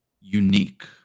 unique